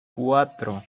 cuatro